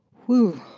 who?